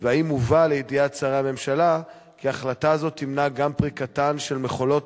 3. האם הובא לידיעת שרי הממשלה כי החלטה זו תמנע גם פריקתן של מכולות